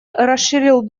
расширил